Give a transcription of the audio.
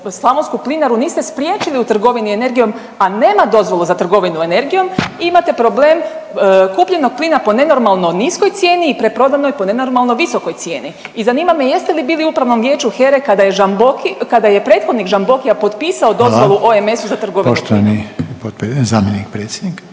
slavonsku plinaru niste spriječili u trgovini energijom, a nema dozvolu za trgovinu energijom. I imate problem kupljenog plina po nenormalno niskoj cijeni i preprodanoj po nenormalno visokoj cijeni. I zanima me jeste li bili u Upravnom vijeću HERA-e kada je Žamboki, kada je prethodnik Žambokija potpisao dozvolu OMS-u za trgovinu plinom? **Reiner, Željko